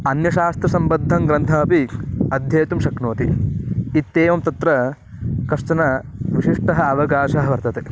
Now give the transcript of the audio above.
अन्यशास्त्रसम्बद्धं ग्रन्थमपि अध्येतुं शक्नोति इत्येवं तत्र कश्चन विशिष्टः अवकाशः वर्तते